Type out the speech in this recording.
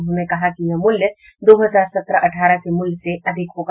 उन्होंने कहा कि यह मूल्य दो हजार सत्रह अठारह के मूल्य से अधिक होगा